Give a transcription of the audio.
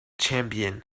champion